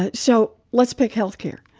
ah so let's pick health care.